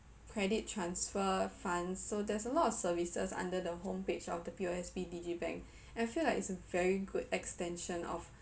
credit transfer funds so there's a lot of services under the homepage of the P_O_S_B digibank and I feel like it's a very good extension of